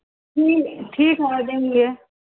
ठीक ठीक है देंगे